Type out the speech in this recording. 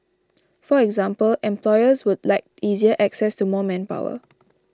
for example employers would like easier access to more manpower